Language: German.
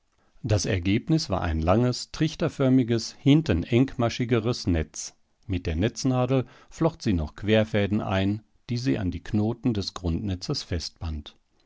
das ergebnis war ein langes trichterförmiges hinten engmaschigeres netz mit der netznadel flocht sie noch querfäden ein die sie an die knoten des grundnetzes festband